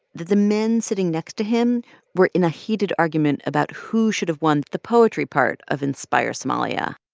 that the men sitting next to him were in a heated argument about who should've won the poetry part of inspire somalia.